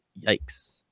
yikes